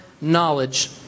knowledge